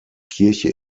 kirche